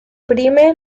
prime